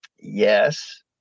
Yes